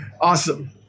Awesome